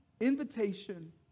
invitation